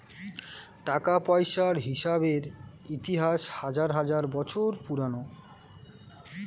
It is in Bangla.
টাকা পয়সার হিসেবের ইতিহাস হাজার হাজার বছর পুরোনো